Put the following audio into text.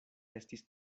estis